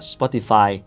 Spotify